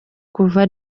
kuva